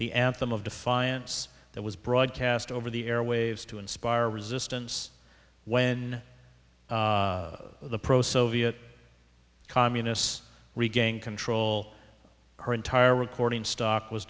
the anthem of defiance that was broadcast over the airwaves to inspire resistance when the pro soviet communists regained control her entire recording stock was